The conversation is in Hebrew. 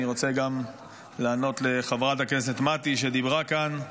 אני רוצה גם לענות לחברת הכנסת מתי שדיברה כאן,